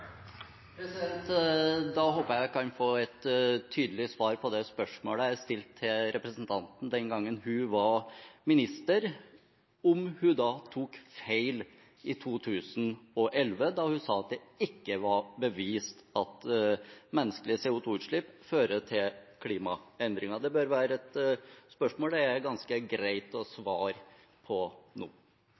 Da håper jeg at jeg kan få et tydelig svar når det gjelder det spørsmålet jeg stilte til representanten den gang hun var minister, om hun tok feil i 2011 da hun sa at det ikke var bevist at menneskelige CO 2 -utslipp fører til klimaendringer. Det bør være et spørsmål det er ganske greit å svare på nå.